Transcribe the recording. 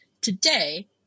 Today